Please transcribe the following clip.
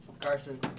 Carson